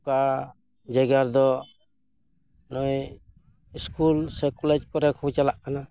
ᱚᱠᱟ ᱡᱟᱭᱜᱟ ᱨᱮᱫᱚ ᱱᱚᱜᱼᱚᱭ ᱤᱥᱠᱩᱞ ᱥᱮ ᱠᱚᱞᱮᱡᱽ ᱠᱚᱨᱮ ᱠᱚ ᱪᱟᱞᱟᱜ ᱠᱟᱱᱟ